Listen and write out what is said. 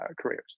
careers